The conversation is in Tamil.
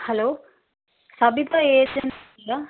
ஹலோ சபித்தா ஏஜென்சியா